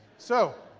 so,